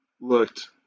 looked